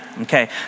Okay